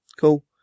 Cool